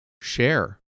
share